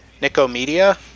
Nicomedia